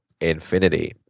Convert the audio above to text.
infinity